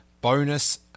bonus